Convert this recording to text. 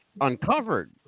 uncovered